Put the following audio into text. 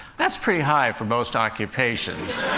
that's pretty high for most occupations.